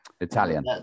Italian